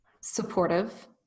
supportive